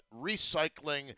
recycling